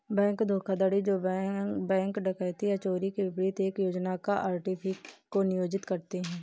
bank धोखाधड़ी जो bank डकैती या चोरी के विपरीत एक योजना या आर्टिफिस को नियोजित करते हैं